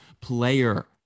player